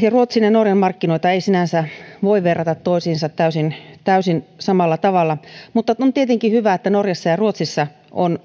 ja ruotsin ja norjan markkinoita ei sinänsä voi verrata toisiinsa täysin täysin samalla tavalla mutta on tietenkin hyvä että norjassa ja ruotsissa on